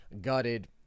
gutted